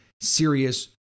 serious